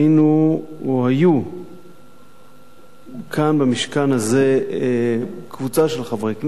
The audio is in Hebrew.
היו כאן במשכן הזה קבוצה של חברי כנסת,